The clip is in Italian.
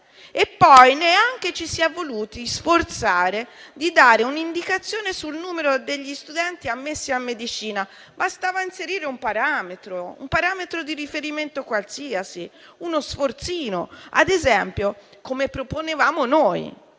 neanche ci si è voluti sforzare di dare un'indicazione sul numero degli studenti ammessi a medicina. Bastava inserire un parametro di riferimento qualsiasi, ad esempio come proponevamo noi,